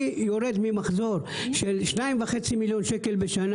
אני יורד ממחזור של 2.5 מיליון שקל בשנה